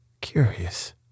curious